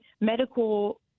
medical